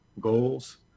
goals